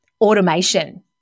automation